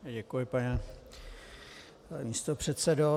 Děkuji, pane místopředsedo.